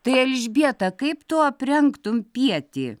tai elžbieta kaip tu aprengtum pietį